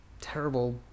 terrible